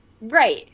Right